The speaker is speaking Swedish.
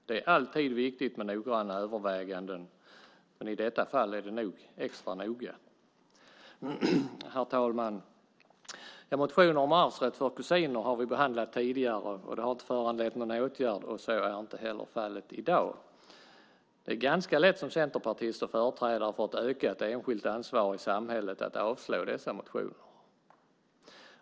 Det är alltid viktigt med noggranna överväganden, men i detta fall är det nog extra viktigt. Herr talman! Motioner om arvsrätt för kusiner har vi behandlat tidigare, och de har inte föranlett någon åtgärd, och så är inte heller fallet i dag. Det är ganska lätt som centerpartist och företrädare för ett ökat enskilt ansvar i samhället att avslå dessa motioner.